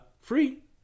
free